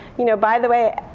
you know by the way,